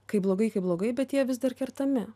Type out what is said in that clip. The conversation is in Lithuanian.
kaip blogai kaip blogai bet jie vis dar kertami